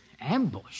Ambush